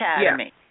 Academy